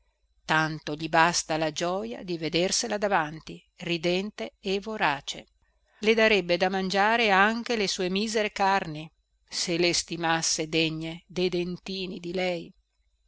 tanto gli basta la gioja di vedersela davanti ridente e vorace le darebbe da mangiare anche le sue misere carni se le stimasse degne dei dentini di lei